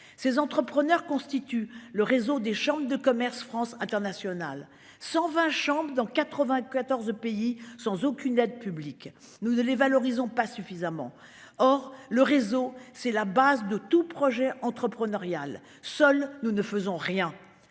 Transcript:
Ces entrepreneurs constitue le réseau des chambres de commerce France Internationale 120 chambres dans 94 pays, sans aucune aide publique. Nous ne les valorisons pas suffisamment. Or, le réseau c'est la base de tout projet entrepreneurial seul. Nous ne faisons rien.